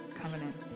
covenant